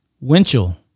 Winchell